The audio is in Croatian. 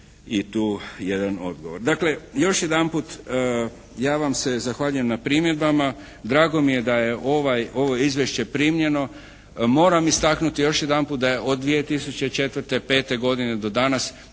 i tu jedan odgovor. Dakle, još jedanput ja vam se zahvaljujem na primjedbama. Drago mi je da je ovo izvješće primljeno. Moram istaknuti još jedanput da je od 2004., pete godine do danas došlo